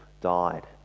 died